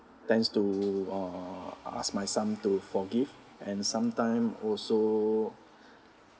tends to uh ask my son to forgive and sometime also